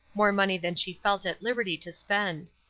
more money than she felt at liberty to spend.